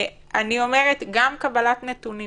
גם קבלת נתונים